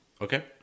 Okay